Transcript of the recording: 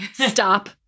stop